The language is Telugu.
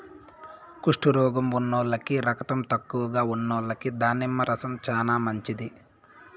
కుష్టు రోగం ఉన్నోల్లకి, రకతం తక్కువగా ఉన్నోల్లకి దానిమ్మ రసం చానా మంచిది